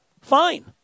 fine